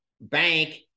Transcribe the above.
bank